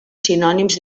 sinònims